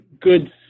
good